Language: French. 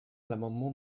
l’amendement